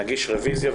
נגיש רביזיה,